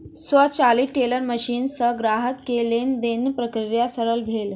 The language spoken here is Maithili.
स्वचालित टेलर मशीन सॅ ग्राहक के लेन देनक प्रक्रिया सरल भेल